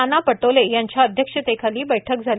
नाना पटोले यांच्या अध्यक्षतेखाली बैठक झाली